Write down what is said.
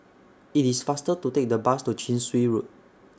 IT IS faster to Take The Bus to Chin Swee Road